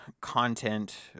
content